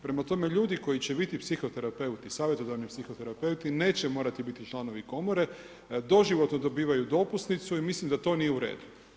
Prema tome, ljudi koji će biti psihoterapeuti, savjetodavni psihoterapeut, neće morati biti članovi komore, doživotno dobivaju dopusnicu i mislim da to nije u redu.